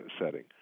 setting